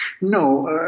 No